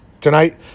Tonight